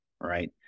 right